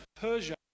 Persia